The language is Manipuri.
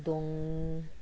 ꯈꯨꯗꯣꯡ